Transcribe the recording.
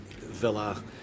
villa